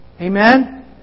Amen